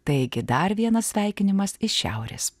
taigi dar vienas sveikinimas iš šiaurės